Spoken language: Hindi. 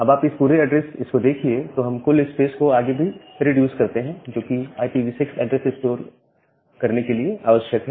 अब आप इस पूरे एड्रेस इसको देखिए तो हम कुल स्पेस को आगे भी रिड्यूस करते हैं जोकि एक IPv6 एड्रेस स्टोर और करने के लिए आवश्यक है